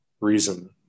reason